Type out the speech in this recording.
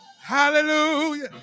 hallelujah